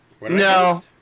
no